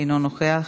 אינו נוכח.